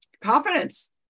confidence